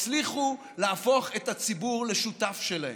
הצליחו להפוך את הציבור לשותף שלהם.